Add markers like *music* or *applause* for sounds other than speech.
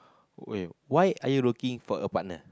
*breath* wait why are you looking for a partner